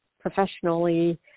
professionally